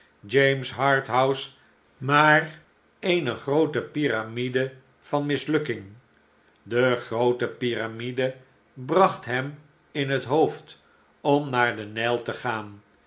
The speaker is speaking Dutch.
james harthouse maar eene groote piramide van mislukking de groote piramide bracht hem in het hoofd om'naar den nij te gaan